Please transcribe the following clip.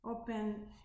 open